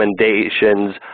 recommendations